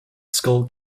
skull